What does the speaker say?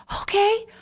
okay